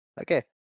okay